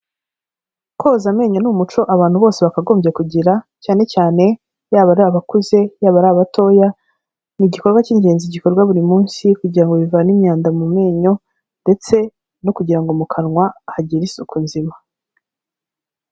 Koza amenyo ni umuco abantu bose bakagombye kugira, cyane cyane yaba ari abakuze, yaba ari abatoya, ni igikorwa cy'ingenzi gikorwa buri munsi kugira ngo bivane imyanda mu menyo ndetse no kugira mu kanwa hagire isuku nzima.